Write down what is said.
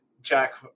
Jack